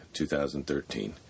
2013